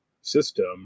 system